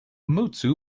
mutsu